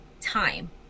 time